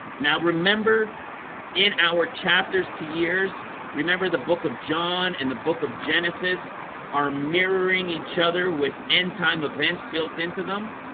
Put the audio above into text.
now remember in our chapters to years remember the book of john and the book of genesis are mirroring each other with end time events built into them